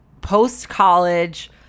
post-college